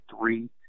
three